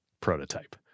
prototype